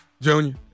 Junior